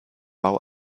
bau